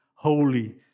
Holy